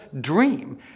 dream